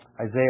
Isaiah